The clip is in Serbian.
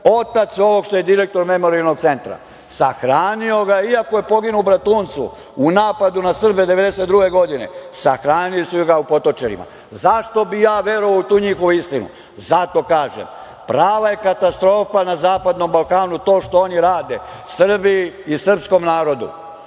otac ovog što je direktor Memorijalnog centra. Sahranio ga je, iako je poginuo u Bratuncu, u napadu na Srbe 1992. godine, sahranili su ga u Potočarima. Zašto bih ja verovao u tu njihovu istinu? Zato, kažem, prava je katastrofa na zapadnom Balkanu to što oni radi Srbiji i srpskom narodu.